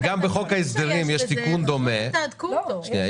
וגם המס במחלוקת שישולם זה לא הכול אלא רק